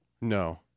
No